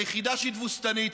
היחידה שהיא תבוסתנית,